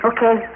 Okay